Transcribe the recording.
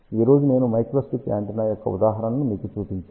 ఈ రోజు నేను మైక్రోస్ట్రిప్ యాంటెన్నా యొక్క ఉదాహరణను మీకు చూపించాను